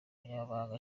umunyamabanga